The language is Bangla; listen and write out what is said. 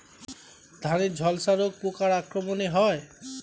ধানের ঝলসা রোগ পোকার আক্রমণে হয়?